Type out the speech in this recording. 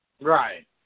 Right